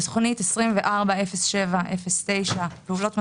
תוכנית 240709 פעולות מרכזיות,